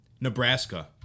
nebraska